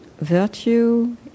virtue